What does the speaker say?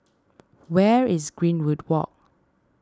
where is Greenwood Walk